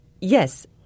Yes